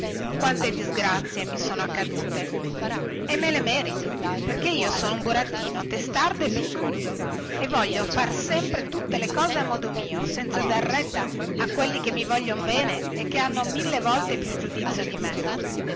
quante disgrazie mi sono accadute e me le merito perché io sono un burattino testardo e piccoso e voglio far sempre tutte le cose a modo mio senza dar retta a quelli che mi voglion bene e che hanno mille volte più giudizio di me